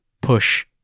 push